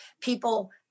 people